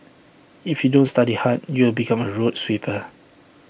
if you don't study hard you will become A road sweeper